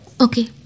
Okay